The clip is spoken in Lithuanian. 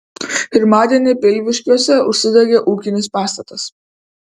pirmadienį pilviškiuose užsidegė ūkinis pastatas